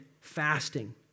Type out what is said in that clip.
fasting